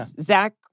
Zach